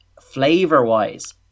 flavor-wise